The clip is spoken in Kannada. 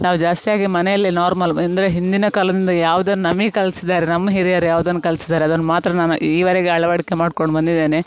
ನಾವು ಜಾಸ್ತಿಯಾಗಿ ಮನೆಯಲ್ಲೇ ನಾರ್ಮಲ್ ಅಂದರೆ ಹಿಂದಿನ ಕಾಲದಿಂದ ಯಾವ್ದನ್ನು ನಮಿಗೆ ಕಲಿಸಿದ್ದಾರೆ ನಮ್ಮ ಹಿರಿಯರು ಯಾವ್ದನ್ನು ಕಲಿಸಿದ್ದಾರೆ ಅದನ್ನು ಮಾತ್ರ ನಾನು ಈವರೆಗೆ ಅಳವಡಿಕೆ ಮಾಡ್ಕೊಂಡು ಬಂದಿದ್ದೇನೆ